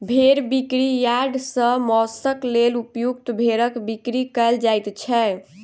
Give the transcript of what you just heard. भेंड़ बिक्री यार्ड सॅ मौंसक लेल उपयुक्त भेंड़क बिक्री कयल जाइत छै